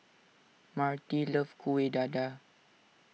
Marti loves Kueh Dadar